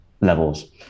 levels